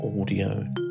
audio